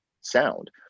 sound